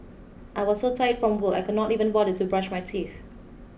I was so tired from work I could not even bother to brush my teeth